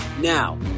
Now